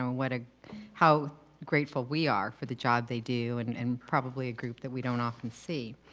ah what a how grateful we are for the job they do and and probably a group that we don't often see.